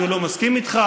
כי הוא לא מסכים איתך?